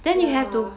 ya